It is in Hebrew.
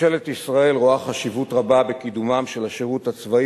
ממשלת ישראל רואה חשיבות רבה בקידום השירות הצבאי